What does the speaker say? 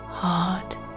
heart